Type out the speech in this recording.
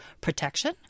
Protection